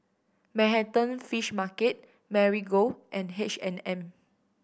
Manhattan Fish Market Marigold and H and M